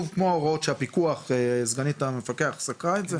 כמו ההוראות של הפיקוח שסגנית המפקח סקרה את זה.